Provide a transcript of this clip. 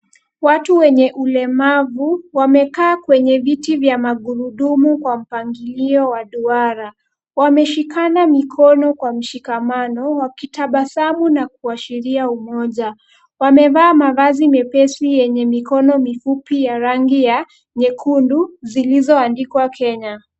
Watu wenye ulemavu wamekaa kwenye viti vya magurudumu kwa mpangilio wa duara. Wameshikana mikono kwa mshikamano, wakitabasamu na kuashiria umoja. Wamevaa mavazi mepesi yenye mikono mifupi ya rangi ya nyekundu zilizoandikwa kenya.